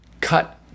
Cut